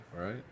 right